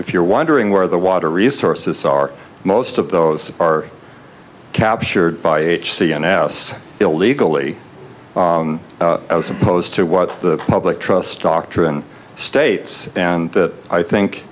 if you're wondering where the water resources are most of those are captured by h c n s illegally as opposed to what the public trust doctrine states and that i think